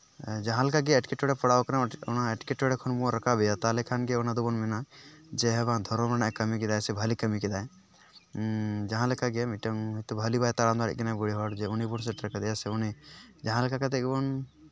ᱡᱟᱦᱟᱸ ᱞᱮᱠᱟᱜᱮ ᱮᱸᱴᱠᱮᱴᱚᱬᱮ ᱯᱟᱲᱟᱣ ᱠᱟᱱᱟ ᱚᱱᱟ ᱮᱸᱴᱠᱮᱴᱚᱬᱮ ᱠᱷᱚᱱ ᱵᱚᱱ ᱨᱟᱠᱟᱮᱭᱟ ᱛᱟᱦᱚᱞᱮ ᱠᱷᱟᱱᱜᱮ ᱚᱱᱟ ᱫᱚᱵᱚᱱ ᱢᱮᱱᱟ ᱡᱮ ᱦᱮᱸ ᱵᱟᱝ ᱫᱷᱚᱨᱚᱢ ᱨᱮᱱᱟᱜᱼᱮ ᱠᱟᱹᱢᱤ ᱠᱮᱫᱟᱭ ᱥᱮ ᱵᱷᱟᱹᱞᱤ ᱠᱟᱹᱢᱤ ᱠᱮᱫᱟᱭ ᱡᱟᱦᱟᱸ ᱞᱮᱠᱟᱜᱮ ᱢᱤᱫᱴᱟᱹᱱ ᱵᱷᱟᱹᱞᱤ ᱵᱟᱭ ᱛᱟᱲᱟᱢ ᱫᱟᱲᱮᱭᱟᱜ ᱠᱟᱱᱟ ᱵᱩᱲᱦᱤ ᱦᱚᱲ ᱡᱮ ᱩᱱᱤ ᱵᱚᱱ ᱥᱮᱴᱮᱨ ᱠᱟᱫᱮᱭᱟ ᱩᱱᱤ ᱡᱟᱦᱟᱸ ᱞᱮᱠᱟ ᱠᱟᱛᱮᱜ ᱜᱮᱵᱚᱱ